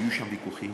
היו שם ויכוחים.